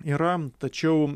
yra tačiau